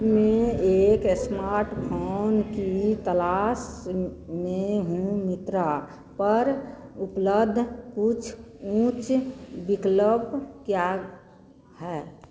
में एक स्मार्टफ़ोन की तलाश में हूँ माइन्त्रा पर उपलब्ध कुछ उच्च विकल्प क्या है